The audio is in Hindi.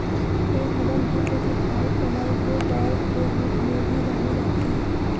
एक निगम की प्रतिधारित कमाई ब्लोबैक के रूप में भी जानी जाती है